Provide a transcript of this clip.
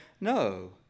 no